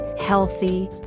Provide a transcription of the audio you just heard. healthy